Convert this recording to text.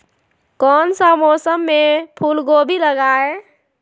कौन सा मौसम में फूलगोभी लगाए?